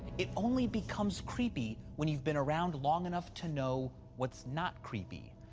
it only becomes creepy when you've been around long enough to know what's not creepy.